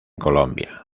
colombia